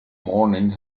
morning